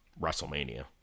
WrestleMania